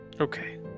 Okay